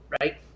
right